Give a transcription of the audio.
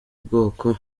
bwoko